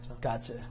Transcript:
Gotcha